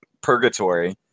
purgatory